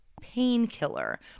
painkiller